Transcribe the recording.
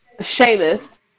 Sheamus